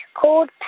called